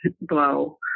blow